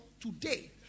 today